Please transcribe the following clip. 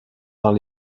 dans